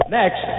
next